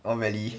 oh really